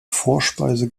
vorspeise